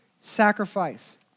sacrifice